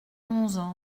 onze